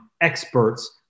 experts